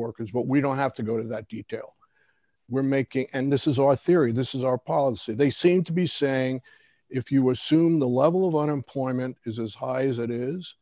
workers but we don't have to go to that detail we're making and this is our theory this is our policy they seem to be saying if you assume the level of unemployment is as high as it is